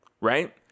right